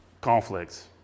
conflicts